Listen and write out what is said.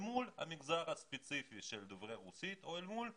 מול המגזר הספציפי של דוברי רוסית או אל מול המגזר,